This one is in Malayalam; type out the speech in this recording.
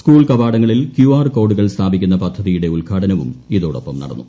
സ്കൂൾ കവാടങ്ങളിൽ ക്യൂ ആർ കോഡുകൾ സ്ഥാപിക്കുന്ന പദ്ധതിയുടെ ഉദ്ഘാടനവും ഇതോടൊപ്പം നടന്നു